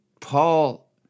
Paul